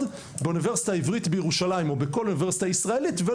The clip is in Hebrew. באוניברסיטה העברית בירושלים או בכל אוניברסיטה ישראלית אחרת,